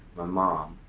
my mom.